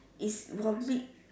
it will make